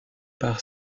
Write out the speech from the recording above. par